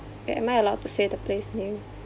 am I allowed to say the place name